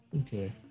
Okay